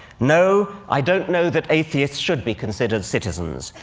no, i don't know that atheists should be considered citizens,